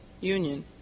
Union